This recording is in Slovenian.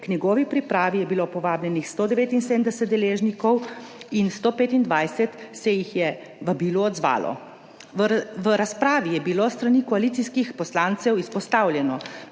K njegovi pripravi je bilo povabljenih 179 deležnikov in 125 se jih je vabilu odzvalo. V razpravi je bilo s strani koalicijskih poslancev izpostavljeno,